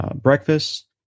Breakfast